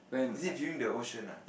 is it viewing the ocean ah